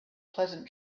pleasant